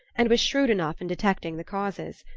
and was shrewd enough in detecting the causes.